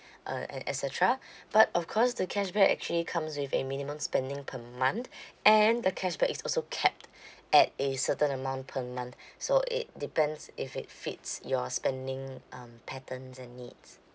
uh and et cetera but of course the cashback actually comes with a minimum spending per month and the cashback is also capped at a certain amount per month so it depends if it fits your spending um patterns and needs